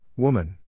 Woman